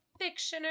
fictioner